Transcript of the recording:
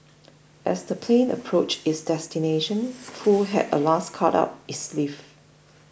as the plane approached its destination Foo had a last card up his sleeve